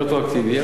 יהיה רטרואקטיבי.